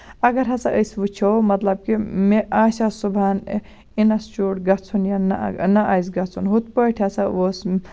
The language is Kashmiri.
اَگر ہسا أسۍ وُچھو مطلب کہِ مےٚ آسے صبُحن اِنسچوٗٹ گژھُن یا نہ آسہِ گژھُن ہُتھ پٲٹھۍ ہسا اوس